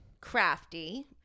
crafty